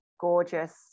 gorgeous